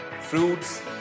fruits